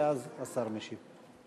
ואז השר משיב.